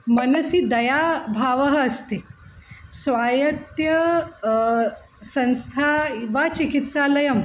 मनसि दयाभावः अस्ति स्वायत्ता संस्था वा चिकित्सालयं